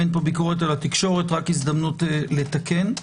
אין פה ביקורת על התקשורת רק הזדמנות לתקן.